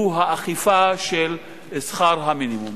והוא האכיפה של שכר המינימום.